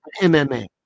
MMA